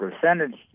percentage